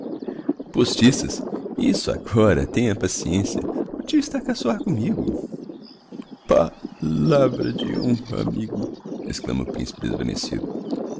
postiças isso agora tenha paciencia o tio está a caçoar commigo pa lavra de honra amigo exclama o principe desvanecido